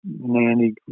Nanny